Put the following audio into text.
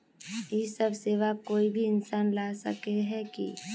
इ सब सेवा कोई भी इंसान ला सके है की?